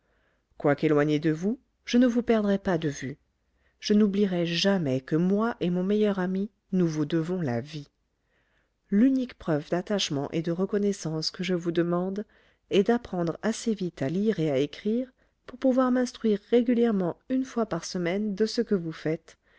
quoique éloigné de vous je ne vous perdrai pas de vue je n'oublierai jamais que moi et mon meilleur ami nous vous devons la vie l'unique preuve d'attachement et de reconnaissance que je vous demande est d'apprendre assez vite à lire et à écrire pour pouvoir m'instruire régulièrement une fois par semaine de ce que vous faites